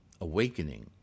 awakening